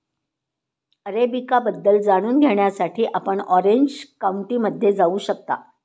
arabica बद्दल जाणून घेण्यासाठी आपण ऑरेंज काउंटीमध्ये जाऊ शकता